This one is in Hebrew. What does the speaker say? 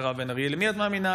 מירב בן ארי: למי את מאמינה,